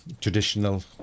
traditional